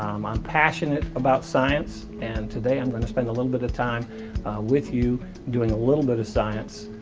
um i'm passionate about science and today i'm going to spend a little bit of time with you doing a little bit of science.